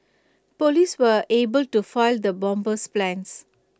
Police were able to foil the bomber's plans